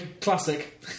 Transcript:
Classic